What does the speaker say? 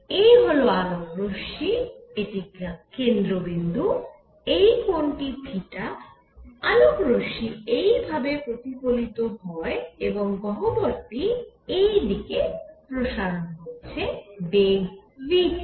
এই হল আলোক রশ্মি এটি কেন্দ্রবিন্দু এই কোণটি থিটা আলোক রশ্মি এই ভাবে প্রতিফলিত হয় এবং গহ্বরটি এই দিকে প্রসারণ হচ্ছে বেগ v তে